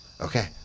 Okay